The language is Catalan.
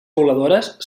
voladores